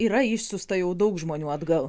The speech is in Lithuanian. yra išsiųsta jau daug žmonių atgal